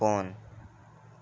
cone